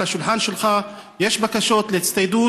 ועל השולחן שלך יש בקשות להצטיידות